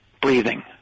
breathing